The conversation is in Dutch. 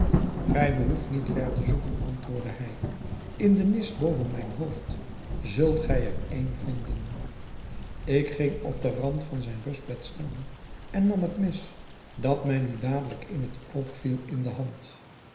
gij behoeft niet ver te zoeken antwoordde hij in de nis boven mijn hoofd zult gij er een vinden ik ging op den rand van zijn rustbed staan en nam het mes dat mij nu dadelijk in het oog viel in de hand